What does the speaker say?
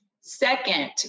Second